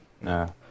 No